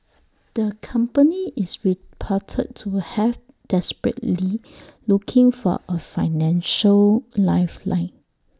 the company is reported to have desperately looking for A financial lifeline